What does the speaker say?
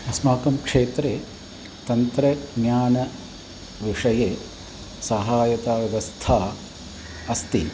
अस्माकं क्षेत्रे तन्त्रज्ञानविषये सहायता व्यवस्था अस्ति